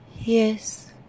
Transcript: yes